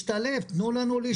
תנו לנו להשתלב.